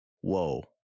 whoa